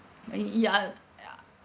eh ya ya